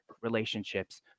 relationships